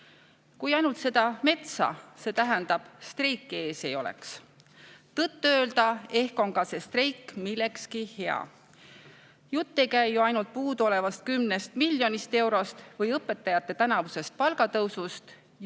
Kui ainult seda metsa, see tähendab streiki ees ei oleks! Tõtt-öelda aga ehk on ka see streik millekski hea. Jutt ei käi ju ainult puuduolevast 10 miljonist eurost või õpetajate tänavusest palgatõusust.